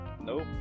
Nope